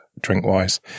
drink-wise